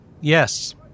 Yes